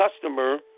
customer